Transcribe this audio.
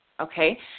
okay